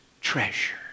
treasure